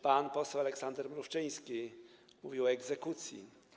Pan poseł Aleksander Mrówczyński mówi o egzekucji.